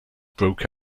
broke